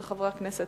של חברי הכנסת